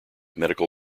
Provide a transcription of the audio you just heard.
medical